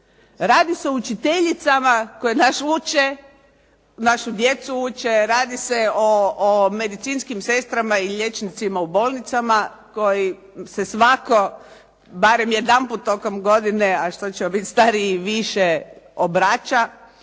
radi se o učiteljicama koje uče, našu djecu uče, radi se o medicinskim sestrama i liječnicima u bolnicama koji se svatko barem jedan put tokom godine a što ćemo biti stariji i više obraća,